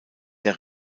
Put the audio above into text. der